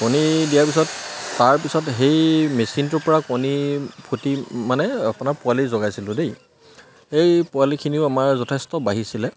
কণী দিয়াৰ পিছত তাৰপিছত সেই মেচিনটোৰ পৰা কণী ফুটি মানে আপোনাৰ পোৱালি জগাইছিলোঁ দেই সেই পোৱালিখিনিও আমাৰ যথেষ্ট বাঢ়িছিলে